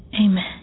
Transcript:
Amen